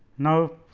now,